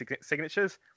signatures